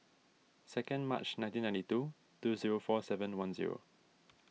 second March nineteen ninety two two zero four seven one zero